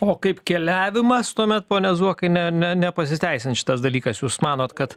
o kaip keliavimas tuomet pone zuokai ne ne nepasiteisins šitas dalykas jūs manot kad